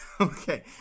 Okay